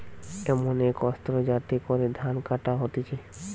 এমন এক অস্ত্র যাতে করে ধান কাটা হতিছে